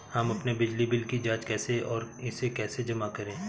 हम अपने बिजली बिल की जाँच कैसे और इसे कैसे जमा करें?